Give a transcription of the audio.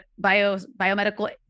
biomedical